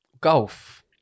Golf